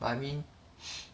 I mean